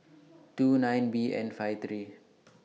two nine B N five three